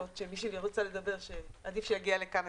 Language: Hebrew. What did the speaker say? שמי שגם רוצה לדבר עדיף שיגיע לכאן,